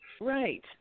Right